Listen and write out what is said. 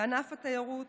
וענף התיירות